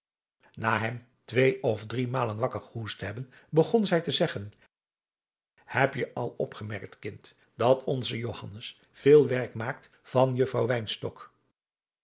wouter blommesteyn twee of driemalen wakker gehoest te hebben begon zij te zeggen heb je al opgemerkt kind dat onze johannes veel werk maakt van juffrouw